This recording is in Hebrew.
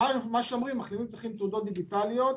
אומרים שמחלימים צריכים תעודות דיגיטליות,